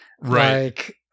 Right